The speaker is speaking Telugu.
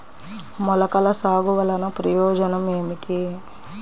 మొలకల సాగు వలన ప్రయోజనం ఏమిటీ?